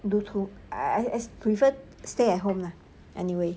do to I I prefer stay at home lah anyway